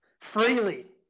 freely